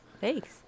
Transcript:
Thanks